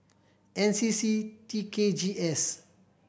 N C C T K G S